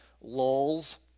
lulls